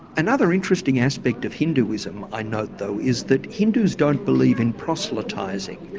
another interesting aspect of hinduism, i note though, is that hindus don't believe in proselytising.